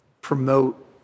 promote